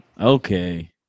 Okay